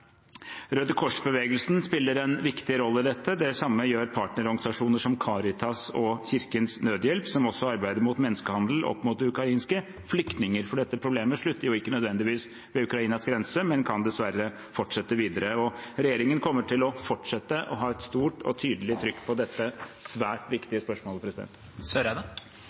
Røde Kors-bevegelsen spiller en viktig rolle i dette. Det samme gjør partnerorganisasjoner som Caritas og Kirkens Nødhjelp som også arbeider mot menneskehandel i forbindelse med de ukrainske flyktningene, for dette problemet slutter jo ikke nødvendigvis ved Ukrainas grense, men kan dessverre fortsette videre. Regjeringen kommer til å fortsette å ha et stort og tydelig trykk på dette svært viktige spørsmålet.